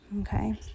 Okay